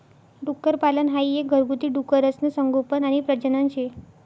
डुक्करपालन हाई एक घरगुती डुकरसनं संगोपन आणि प्रजनन शे